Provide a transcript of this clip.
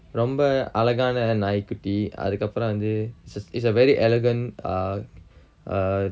ரொம்ப அழகான நாய்க்குட்டி அதுக்கப்புறம் வந்து:romba alakana naykkutti athukkappuram vanthu it's a very elegant ah err